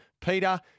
Peter